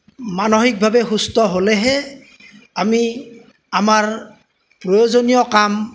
মানসিকভাৱে সুস্থ হ'লেহে আমি আমাৰ প্ৰয়োজনীয় কাম